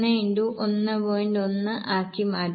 1 ആക്കി മാറ്റുക